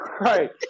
right